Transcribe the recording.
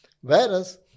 Whereas